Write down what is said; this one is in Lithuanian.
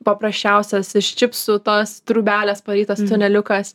paprasčiausias iš čipsų tos trūbelės padarytas tuneliukas